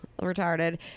retarded